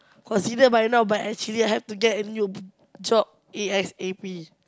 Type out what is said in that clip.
consider by now but actually I have to get a new job A_S_A_P